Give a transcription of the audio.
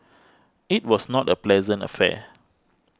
it was not a pleasant affair